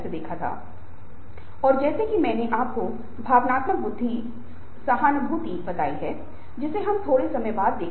बाहरी कारक नौकरी के लिए बाहरी होते हैं जैसे काम के घंटे आपके अतिरिक्त लाभ वेतन कल्याण सुविधाओं को सीमित करते हैं ये नौकरी के लिए बाहरी हैं